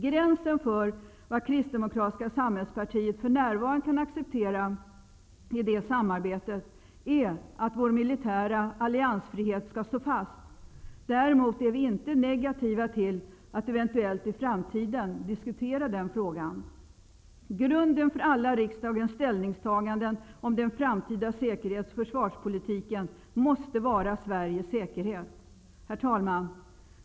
Gränsen för vad Kristdemokratiska samhällspartiet för närvarande kan acceptera i det samarbetet är att Sveriges militära alliansfrihet skall stå fast. Däremot är vi inte negativa till att i framtiden eventuellt diskutera den frågan. Grunden för riksdagens alla ställningstaganden om den framtida säkerhets och försvarspolitiken måste vara Sveriges säkerhet. Herr talman!